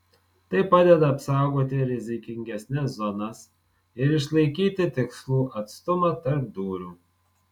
tai padeda apsaugoti rizikingesnes zonas ir išlaikyti tikslų atstumą tarp dūrių